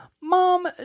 mom